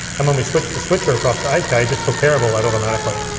and when we switch the switcher across to eight k, it just took care of all that automatically.